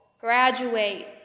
graduate